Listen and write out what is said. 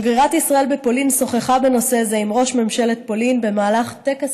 שגרירת ישראל בפולין שוחחה בנושא עם ראש ממשלת פולין במהלך טקס